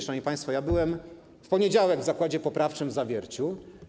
Szanowni państwo, byłem w poniedziałek w zakładzie poprawczym w Zawierciu.